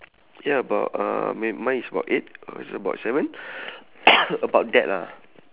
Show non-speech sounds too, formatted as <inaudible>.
ya about uh may~ mine is about eight or is it about seven <coughs> about that lah